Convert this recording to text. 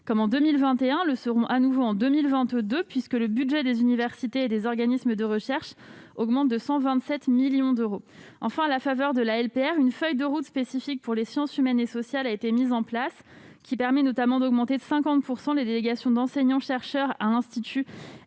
été en 2021 et le seront de nouveau en 2022, puisque le budget des universités et des organismes de recherche augmente de 127 millions d'euros. Enfin, à la faveur de la LPR, une feuille de route spécifique pour les sciences humaines et sociales (SHS) a été mise en place : elle permet notamment d'augmenter de 50 % les délégations d'enseignants-chercheurs à l'Institut